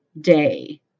day